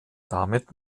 damit